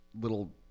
little